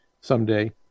someday